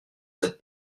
cette